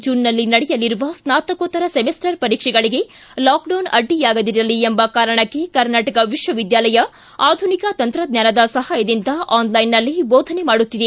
ಜೂನ್ನಲ್ಲಿ ನಡೆಯಲಿರುವ ಸ್ನಾತಕೋತ್ತರ ಸೆಮಿಸ್ಟರ್ ಪರೀಕ್ಷೆಗಳಿಗೆ ಲಾಕ್ಡೌನ್ ಅಡ್ಡಿಯಾಗದಿರಲಿ ಎಂಬ ಕಾರಣಕ್ಕೆ ಕರ್ನಾಟಕ ವಿಶ್ವವಿದ್ಯಾಲಯ ಆಧುನಿಕ ತಂತ್ರಜ್ಞಾನದ ಸಹಾಯದಿಂದ ಆನ್ಲೈನ್ನಲ್ಲೇ ಬೋಧನೆ ಮಾಡುತ್ತಿದೆ